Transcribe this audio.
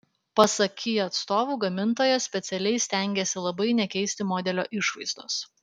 pasak kia atstovų gamintojas specialiai stengėsi labai nekeisti modelio išvaizdos